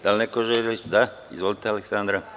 Da li neko želi reč? (Da) Izvolite, Aleksandra.